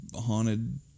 haunted